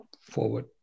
forward